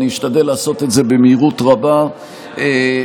אשתדל לעשות את זה במהירות רבה ולהביא